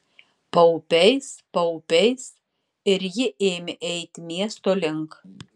paupiais paupiais ir ji ėmė eiti miesto link